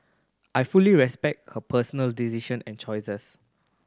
I fully respect her personal decision and choices